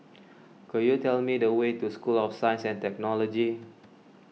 could you tell me the way to School of Science and Technology